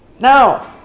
Now